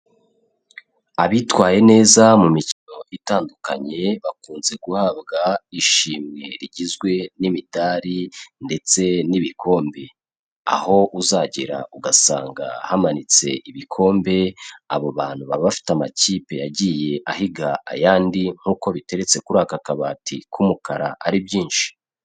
Abitwaye neza mu mikino itandukanye, bakunze guhabwa ishimwe rigizwe n'imidari ndetse n'ibikombe, aho uzagera ugasanga hamanitse ibikombe, abo bantu baba bafite amakipe yagiye ahiga ayandi, nk'uko biteretse kuri aka kabati k'umukara ari byinshi.